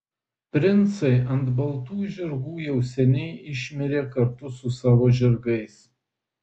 princai ant baltų žirgų jau seniai išmirė kartu su savo žirgais